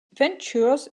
ventures